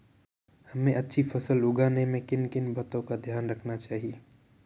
हमें अच्छी फसल उगाने में किन किन बातों का ध्यान रखना चाहिए?